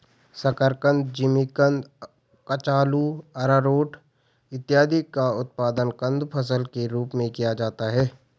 शकरकंद, जिमीकंद, कचालू, आरारोट इत्यादि का उत्पादन कंद फसल के रूप में किया जाता है